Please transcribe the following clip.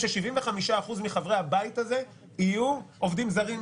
ש-75% מחברי הבית הזה יהיו "עובדים זרים",